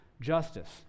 justice